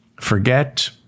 forget